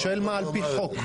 אני שואל מה על פי חוק.